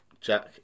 Jack